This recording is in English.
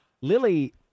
Lily